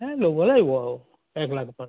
এই ল'ব লাগিব আৰু এক লাখমান